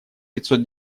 пятьсот